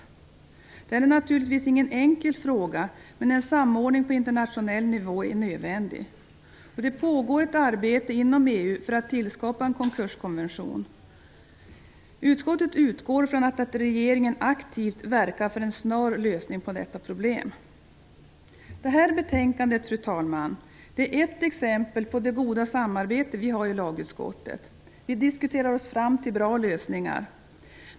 Detta är naturligtvis ingen enkel fråga, men en samordning på internationell nivå är nödvändig. Det pågår ett arbete inom EU för att tillskapa en konkurskonvention. Utskottet utgår från att regeringen aktivt verkar för en snar lösning på problemet. Detta betänkande är, fru talman, ett exempel på det goda samarbete vi har i lagutskottet. Vi diskuterar oss fram till bra lösningar.